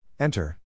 Enter